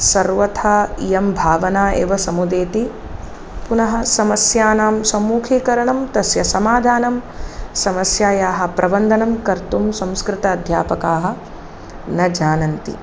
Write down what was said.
सर्वथा इयं भावना एव समुदेति पुनः समस्यानां सम्मुखीकरणं तस्य समाधानं समस्यायाः प्रबन्धनं कर्तुं संस्कृत अध्यापकाः न जानन्ति